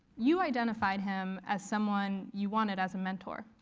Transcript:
you identified him as someone you wanted as a mentor.